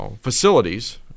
facilities